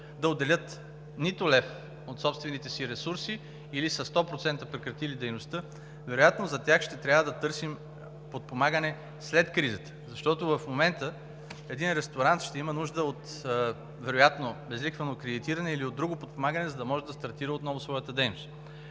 да отделят нито лев от собствените си ресурси или са 100% прекратили дейността, вероятно за тях ще трябва да търсим подпомагане след кризата. Защото в момента един ресторант ще има нужда вероятно от безлихвено кредитиране или от друго подпомагане, за да може да стартира отново своята дейност.